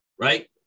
right